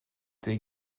était